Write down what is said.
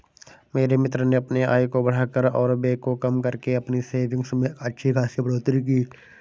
मेरे मित्र ने अपने आय को बढ़ाकर और व्यय को कम करके अपनी सेविंग्स में अच्छा खासी बढ़ोत्तरी की